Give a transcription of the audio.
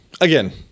again